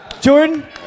Jordan